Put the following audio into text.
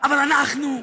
אבל אנחנו,